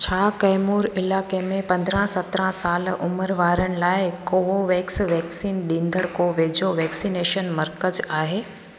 छा कैमूर इलाइके़ में पंद्राहं सत्रहं साल उमिरि वारनि लाइ कोवोवेक्स वैक्सीन ॾींदड़ु को वेझो वैक्सनेशन मर्कज़ आहे